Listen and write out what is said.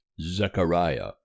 Zechariah